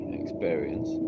experience